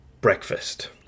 breakfast